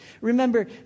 Remember